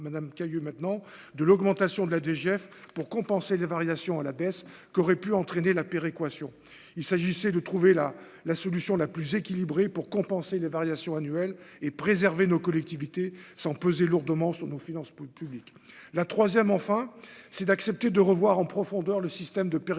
de l'augmentation de la DGF pour compenser les variations à la baisse qu'aurait pu entraîner la péréquation, il s'agissait de trouver la la solution la plus équilibrée pour compenser les variations annuelles et préserver nos collectivités sans peser lourdement sur nos finances publiques, la 3ème enfin c'est d'accepter de revoir en profondeur le système de péréquation